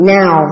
now